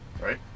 Right